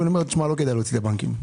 אני אומר: לא כדאי להוציא את הבנקים.